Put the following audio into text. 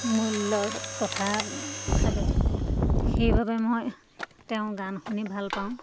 মূল্যৰ কথা থাকে সেইবাবে মই তেওঁ গান শুনি ভাল পাওঁ